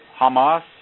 Hamas